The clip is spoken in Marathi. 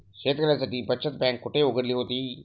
शेतकऱ्यांसाठी बचत बँक कुठे उघडली होती?